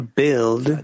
build